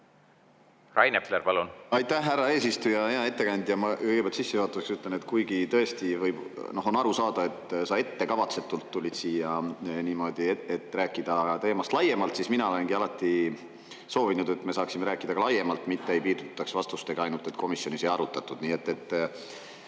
Rain Epler, palun! Aitäh, härra eesistuja! Hea ettekandja! Ma kõigepealt sissejuhatuseks ütlen, et kuigi tõesti võib aru saada, et sa ettekavatsetult tulid siia niimoodi, et rääkida teemast laiemalt, siis mina olengi alati soovinud, et me saaksime rääkida ka laiemalt, mitte ei piirdutaks ainult vastustega, et komisjonis ei arutatud. Ma loodan,